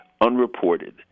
unreported